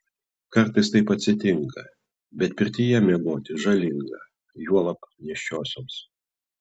kartais taip atsitinka bet pirtyje miegoti žalinga juolab nėščiosioms